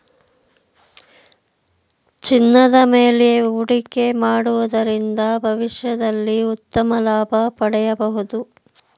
ಚಿನ್ನದ ಮೇಲೆ ಹೂಡಿಕೆ ಮಾಡುವುದರಿಂದ ಭವಿಷ್ಯದಲ್ಲಿ ಉತ್ತಮ ಲಾಭ ಪಡೆಯಬಹುದು